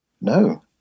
No